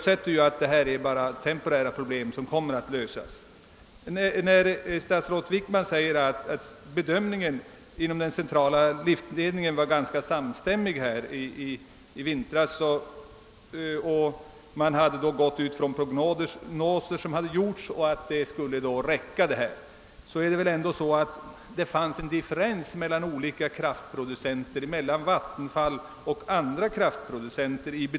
Statsrådet Wickman säger att bedömningen inom centrala driftledningen var samstämmig i vintras; man hade då gått ut från prognoser som hade gjorts och ansett att kraften skulle räcka. Det fanns emellertid en differens i bedömningen av läget mellan Vattenfall och andra kraftproducenter.